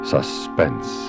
Suspense